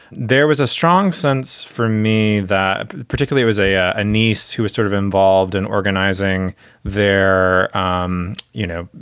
there was a strong sense for me that particularly was a a a niece who was sort of involved in organizing their, um you know,